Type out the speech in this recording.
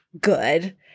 good